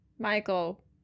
Michael